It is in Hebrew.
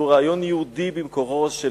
שהוא רעיון יהודי במקורו, של